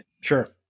Sure